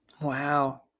Wow